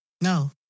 No